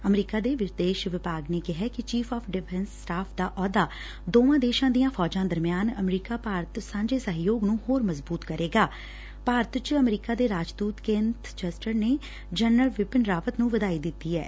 America ਦੇ ਵਿਦੇਸ਼ ਵਿਭਾਗ ਨੇ ਕਿਹੈ ਕਿ ਚੀਫ਼ ਆਫ਼ ਡਿਫੈਸ ਸਟਾਫ਼ ਦਾ ਅਹੁਦਾ ਦੋਵਾਂ ਦੇਸ਼ਾਂ ਦੀਆਂ ਫੌਜਾਂ ਦਰਮਿਆਨ ਅਮਰੀਕਾ ਭਾਰਤ ਸਾਂਝੇ ਸਹਿਯੋਗ ਹੋਰ ਮਜ਼ਬੁਤ ਕਰੇਗਾ ਭਾਰਤ ਚ ਅਮਰੀਕਾ ਦੇ ਰਾਜਦੁਤ ਕੇਬੰ ਜਸਟਰ ਨੇ ਜਨਰਲ ਬਿਪਿਨ ਰਾਵਤ ਨੂੰ ਵਧਾਈ ਦਿੱਤੀ ਐਂ